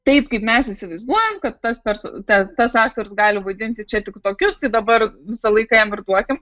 taip kaip mes įsivaizduojam kad tas persu ta tas aktorius gali vaidinti čia tik tokius tai dabar visą laiką jam ir duokim